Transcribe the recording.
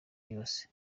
yose